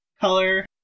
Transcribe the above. color